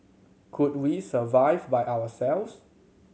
could we survive by ourselves